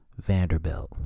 Vanderbilt